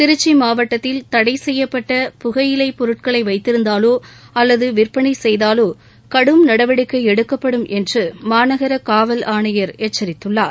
திருச்சி மாவட்டத்தில் தடை செய்யப்பட்ட புகையிலைப் பொருட்களை வைத்திருந்தாலோ அல்லது விற்பனை செய்தாலோ கடும் நடவடிக்கை எடுக்கப்படும் என்று மாநகர காவல் ஆணையர் எச்சரித்துள்ளார்